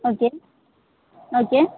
okay okay